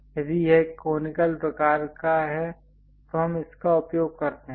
यदि यह कोनिकल प्रकार का है तो हम इसका उपयोग करते हैं